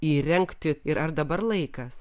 įrengti ir ar dabar laikas